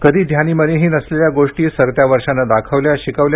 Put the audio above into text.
कधी ध्यानी मनीही नसलेल्या गोष्टी सरत्या वर्षानं दाखवल्या शिकवल्या